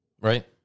Right